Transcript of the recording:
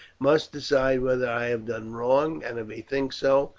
must decide whether i have done wrong, and, if he thinks so,